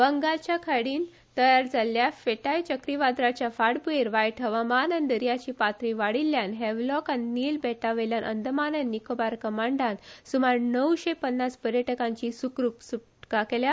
बंगालच्या खाडयेत तयार जाल्ल्या पिठाय हंवाराच्या फाटभुयेर वायट हवामान आनी दर्याची पातळी वाडील्ल्यान हॅवलॉक आनी नील बेटावयल्यान अंदमान आनी निकोबार कमांडान सुमार णवशे पन्नास पर्यटकांची सुखरूप सुटका केली